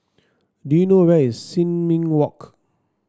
do you know where is Sin Ming Walk